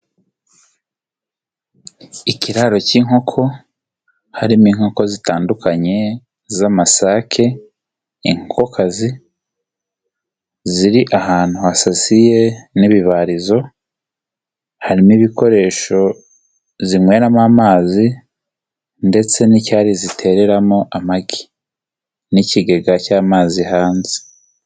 Ikiraro cy'inkoko harimo inkoko zitandukanye z'amasake inkoko kazi ziri ahantu hasasiye n'ibibarizo harimo ibikoresho zinyweramo amazi ndetse n'icyari zitereramo amagi n'ikigega cy'amazi hanze.